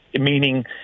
Meaning